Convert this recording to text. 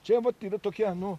čia vat yra tokie nu